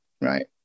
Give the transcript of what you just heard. right